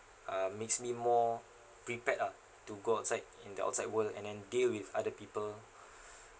uh makes me more prepared ah to go outside in the outside world and then deal with other people